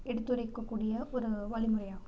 எடுத்துரைக்கக்கூடிய ஒரு வழிமுறையாகும்